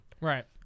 Right